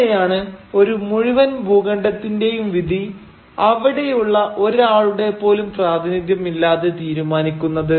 എങ്ങനെയാണ് ഒരു മുഴുവൻ ഭൂഖണ്ഡത്തിന്റെയും വിധി അവിടെയുള്ള ഒരാളുടെ പോലും പ്രാതിനിധ്യം ഇല്ലാതെ തീരുമാനിക്കുന്നത്